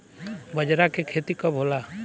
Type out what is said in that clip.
बजरा के खेती कब होला?